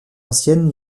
ancienne